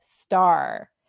Star